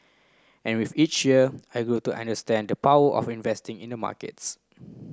and with each year I grew to understand the power of investing in the markets